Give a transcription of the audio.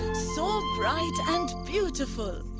so bright and beautiful